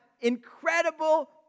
incredible